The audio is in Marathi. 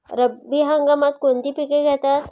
रब्बी हंगामात कोणती पिके घेतात?